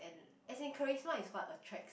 as in charisma is what attracts